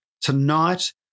tonight